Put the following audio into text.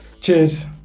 Cheers